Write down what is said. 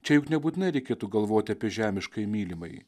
čia juk nebūtina reikėtų galvoti apie žemiškąjį mylimąjį